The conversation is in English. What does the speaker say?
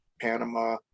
Panama